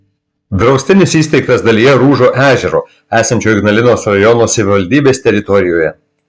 draustinis įsteigtas dalyje rūžo ežero esančio ignalinos rajono savivaldybės teritorijoje